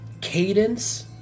cadence